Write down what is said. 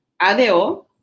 ADO